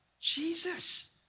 Jesus